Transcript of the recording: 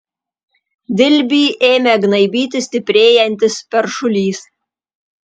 dilbį ėmė gnaibyti stiprėjantis peršulys